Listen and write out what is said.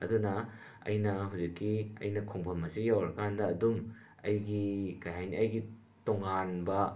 ꯑꯗꯨꯅ ꯑꯩꯅ ꯍꯧꯖꯤꯛꯀꯤ ꯑꯩꯅ ꯈꯣꯡꯕꯝ ꯑꯁꯤ ꯌꯧꯔꯀꯥꯟꯗ ꯑꯗꯨꯝ ꯑꯩꯒꯤ ꯀꯩ ꯍꯥꯏꯅꯤ ꯑꯩꯒꯤ ꯇꯣꯉꯥꯟꯕ